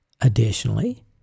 Additionally